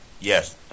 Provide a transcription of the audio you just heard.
Yes